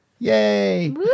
Yay